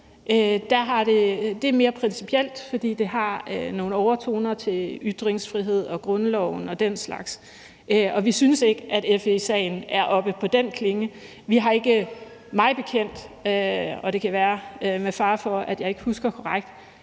det er mere principielt, fordi det har nogle overtoner af ytringsfrihed, grundloven og den slags, og vi synes ikke, at FE-sagen er oppe på den klinge. Vi har ikke mig bekendt, og det er med fare for, at jeg ikke husker korrekt,